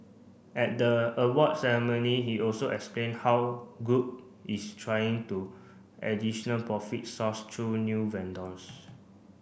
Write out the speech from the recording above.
at the awards ceremony he also explained how group is trying to additional profit source through new vendors